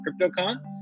CryptoCon